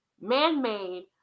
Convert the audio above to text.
Man-made